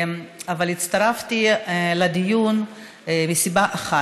הצטרפתי לדיון מסיבה אחת: